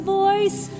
voice